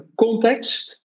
context